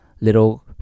Little